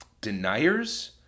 Deniers